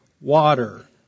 water